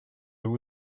vous